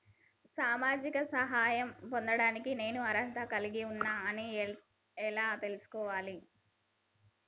సామాజిక సహాయం పొందడానికి నేను అర్హత కలిగి ఉన్న అని ఎలా తెలుసుకోవాలి?